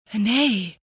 Nay